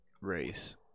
race